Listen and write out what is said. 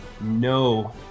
no